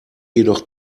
jedoch